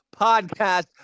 Podcast